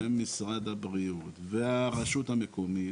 ומשד הבריאות והרשות המקומית,